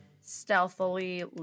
stealthily